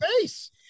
face